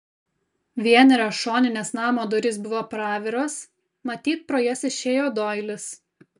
vienerios šoninės namo durys buvo praviros matyt pro jas išėjo doilis